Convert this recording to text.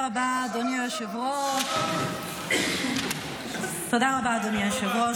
יאיר לפיד שלך, ה"יהיה בסדר" בריבוע בריבוע.